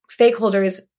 stakeholders